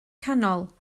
canol